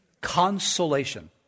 Consolation